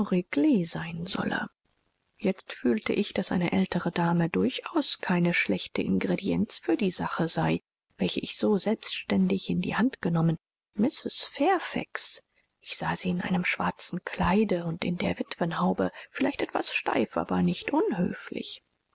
sein solle jetzt fühlte ich daß eine ältere dame durchaus keine schlechte ingredienz für die sache sei welche ich so selbständig in die hand genommen mrs fairfax ich sah sie in einem schwarzen kleide und in der witwenhaube vielleicht etwas steif aber nicht unhöflich